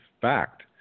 fact